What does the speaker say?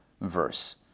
verse